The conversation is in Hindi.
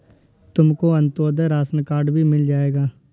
तुमको अंत्योदय राशन कार्ड भी मिल जाएगा